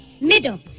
Middle